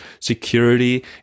security